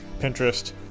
Pinterest